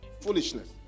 foolishness